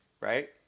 right